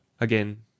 again